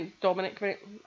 Dominic